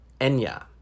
Enya